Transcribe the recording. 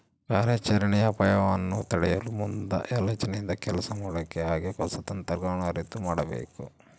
ಕಾರ್ಯಾಚರಣೆಯ ಅಪಾಯಗವನ್ನು ತಡೆಯಲು ಮುಂದಾಲೋಚನೆಯಿಂದ ಕೆಲಸ ಮಾಡಬೇಕು ಹಾಗೆ ಹೊಸ ತಂತ್ರಜ್ಞಾನವನ್ನು ಅರಿತು ಮಾಡಬೇಕು